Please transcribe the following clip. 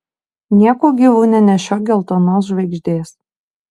nieku gyvu nenešiok geltonos žvaigždės